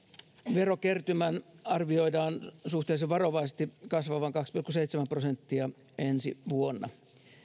verokertymän arvioidaan suhteellisen varovaisesti kasvavan kaksi pilkku seitsemän prosenttia ensi vuonna